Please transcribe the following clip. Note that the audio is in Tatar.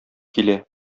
килә